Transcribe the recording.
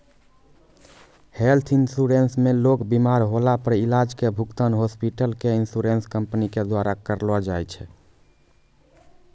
health insurance मे लोग बिमार होला पर इलाज के भुगतान हॉस्पिटल क इन्शुरन्स कम्पनी के द्वारा करलौ जाय छै